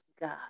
God